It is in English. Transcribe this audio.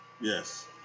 yes